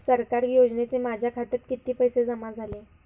सरकारी योजनेचे माझ्या खात्यात किती पैसे जमा झाले?